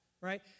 right